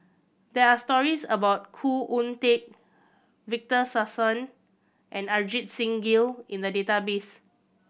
there are stories about Khoo Oon Teik Victor Sassoon and Ajit Singh Gill in the database